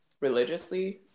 religiously